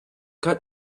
cut